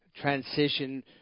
transition